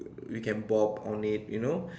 we can bop on it you know